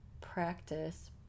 practice